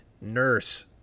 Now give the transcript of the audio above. Nurse